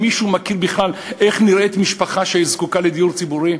מישהו מכיר בכלל איך נראית משפחה שזקוקה לדיור ציבורי?